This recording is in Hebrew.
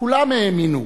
"כולם האמינו.